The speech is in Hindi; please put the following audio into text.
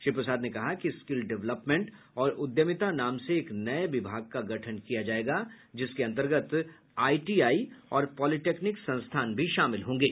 श्री प्रसाद ने कहा कि स्किल डेवलपमेंट और उद्यमिता नाम से एक नये विभाग का गठन किया जायेगा जिसके अंतर्गत आईटीआई और पॉलिटेक्निक संस्थान भी शामिल होंगे